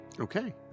Okay